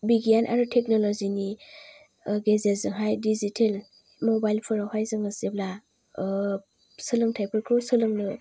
बिगियान आरो टेकनलजि नि गेजेरजोंहाय डिजिटेल मबाइल फोरावहाय जोङो जेब्ला सोलोंथायफोरखौ सोलोंनो